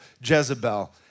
Jezebel